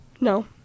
No